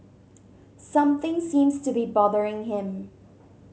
something seems to be bothering him